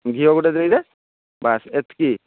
ଘିଅ ଗୋଟିଏ ଦେଇ ଦେ ବାସ୍ ଏତିକି